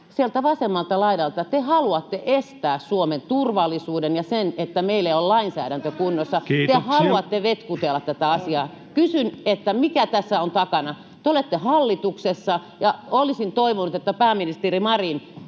sieltä vasemmalta laidalta te haluatte estää Suomen turvallisuuden ja sen, että meillä on lainsäädäntö kunnossa. [Välihuutoja vasemmalta — Puhemies huomauttaa ajasta] Te haluatte vetkutella tätä asiaa. Kysyn: mikä tässä on takana? Te olette hallituksessa. Olisin toivonut, että pääministeri Marin